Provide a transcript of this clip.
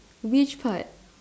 which part